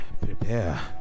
prepare